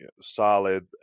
solid